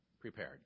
prepared